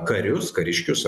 karius kariškius